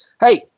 Hey